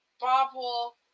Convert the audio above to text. bobble